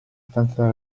stanza